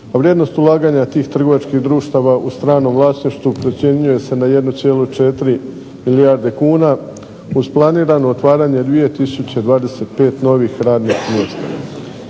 vrijednost ulaganja tih trgovačkih društava u stranom vlasništvu procjenjuje se na 1,4 milijarde kuna, uz planirano otvaranje 2 tisuće 25 novih radnih mjesta.